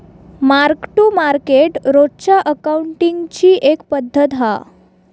mark to market रोजच्या अकाउंटींगची एक पद्धत हा